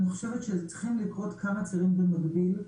אני חושבת שצריכים לקרות כמה צעדים במקביל,